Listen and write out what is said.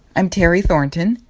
i'm terry thornton,